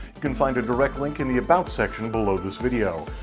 you can find a direct link in the about section below this video.